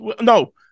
No